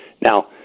Now